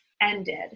ended